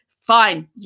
Fine